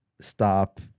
stop